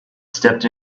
stepped